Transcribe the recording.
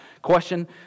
question